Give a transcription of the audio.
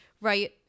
right